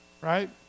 Right